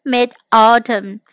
Mid-Autumn